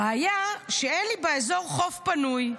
הבעיה שאין לי באזור חוף פנוי,